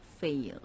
fail